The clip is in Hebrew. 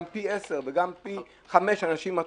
גם פי 10 וגם פי 5 אנשים נרתעים.